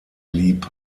blieb